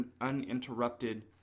uninterrupted